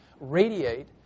radiate